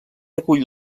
acull